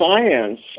science